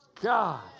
God